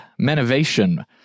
Menovation